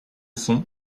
fond